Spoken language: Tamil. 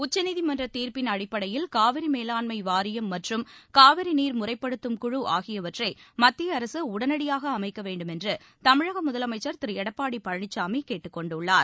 உச்சநீதிமன்றத் தீர்ப்பின் அடிப்படையில் காவிரி மேலாண்மை வாரியம் மற்றும் காவிரி நீர் முறைப்படுத்தும் குழு ஆகியவற்றை மத்திய அரசு உடனடியாக அமைக்க வேண்டுமென்று தமிழக முதலமைச்சர் திரு எடப்பாடி பழனிசாமி கேட்டுக் கொண்டுள்ளார்